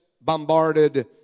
bombarded